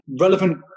relevant